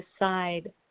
decide